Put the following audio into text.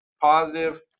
positive